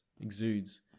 exudes